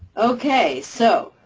okay. so,